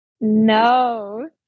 No